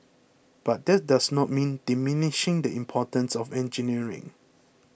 but that does not mean diminishing the importance of engineering